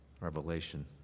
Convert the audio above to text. Revelation